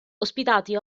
ospitati